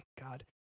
god